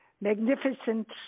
magnificent